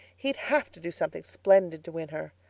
he'd have to do something splendid to win her.